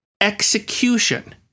execution